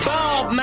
Bob